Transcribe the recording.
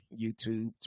YouTube